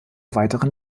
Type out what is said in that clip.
weiteren